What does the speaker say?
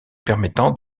permettant